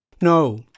No